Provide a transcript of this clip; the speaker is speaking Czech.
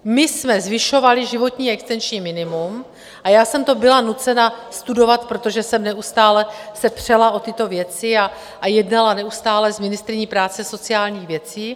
My jsme zvyšovali životní a existenční minimum a já jsem to byla nucena studovat, protože jsem neustále se přela o tyto věci a jednala neustále s ministryní práce a sociálních věcí.